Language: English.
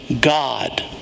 God